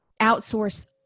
outsource